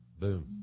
Boom